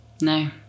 No